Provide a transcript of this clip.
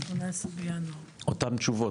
אותם תשובות,